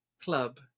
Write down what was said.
club